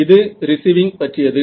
இது ரீசிவிங் பற்றியது